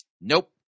Nope